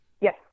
Yes